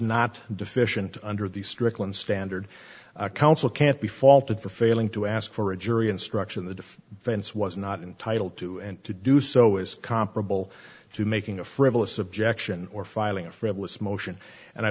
not deficient under the strickland standard counsel can't be faulted for failing to ask for a jury instruction the fence was not entitled to and to do so is comparable to making a frivolous objection or filing a frivolous motion and i